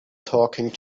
talking